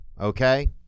okay